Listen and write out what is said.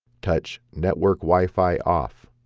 touch network wi-fi off.